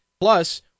Plus